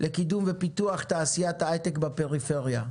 לקידום ופיתוח תעשיית ההייטק בפריפריה.